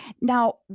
Now